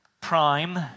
prime